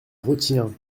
retiens